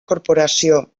corporació